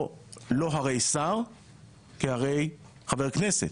לא הרי שר כהרי חבר כנסת.